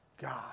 God